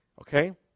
okay